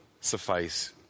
suffice